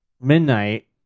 midnight